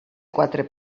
quatre